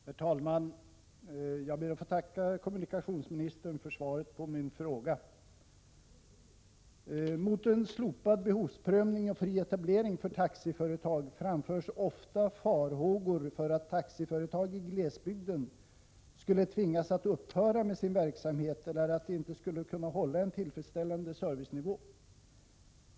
Herr talman! Jag ber att få tacka kommunikationsministern för svaret på min fråga. Mot en slopad behövsprövning och fri etablering för taxiföretagen framförs ofta farhågor för att taxiföretag i glesbygden skulle tvingas att upphöra med sin verksamhet eller att de inte skulle kunna hålla en tillfredsställande servicenivå.